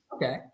Okay